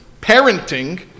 parenting